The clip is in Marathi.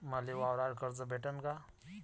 मले वावरावर कर्ज भेटन का?